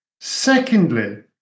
Secondly